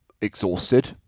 exhausted